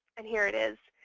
and here it is